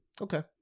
Okay